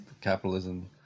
capitalism